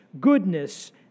goodness